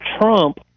trump